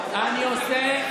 למרות אני עושה,